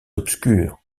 obscur